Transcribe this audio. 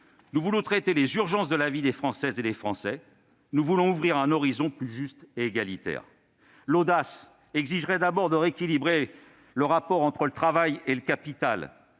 Nous voulons traiter les urgences de la vie des Françaises et des Français ; nous voulons ouvrir un horizon plus juste et plus égalitaire. L'audace exigerait d'abord de rééquilibrer le rapport entre le travail et le capital.